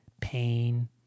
pain